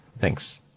thanks